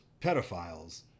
pedophiles